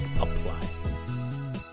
apply